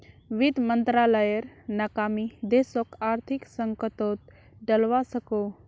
वित मंत्रालायेर नाकामी देशोक आर्थिक संकतोत डलवा सकोह